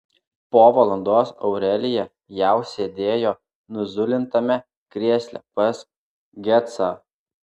po valandos aurelija jau sėdėjo nuzulintame krėsle pas gecą